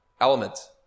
element